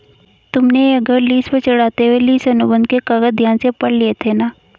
तुमने यह घर लीस पर चढ़ाते हुए लीस अनुबंध के कागज ध्यान से पढ़ लिए थे ना?